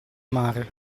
mare